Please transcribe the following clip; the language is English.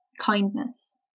kindness